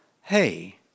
Hey